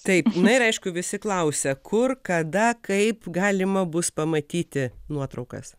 taip na ir aišku visi klausia kur kada kaip galima bus pamatyti nuotraukas